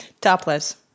topless